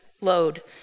load